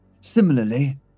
Similarly